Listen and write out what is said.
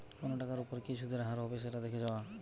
কোনো টাকার ওপর কি সুধের হার হবে সেটা দেখে যাওয়া